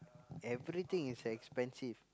everything is expensive